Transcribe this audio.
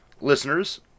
listeners